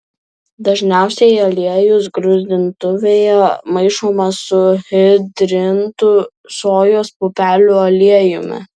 dažniausiai aliejus gruzdintuvėje maišomas su hidrintu sojos pupelių aliejumi